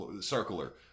circular